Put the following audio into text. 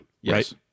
Yes